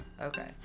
Okay